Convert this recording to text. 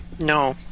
No